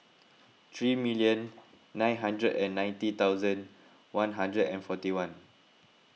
three million nine hundred and ninety thousand one hundred and forty one